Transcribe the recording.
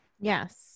Yes